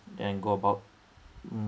then I go about mm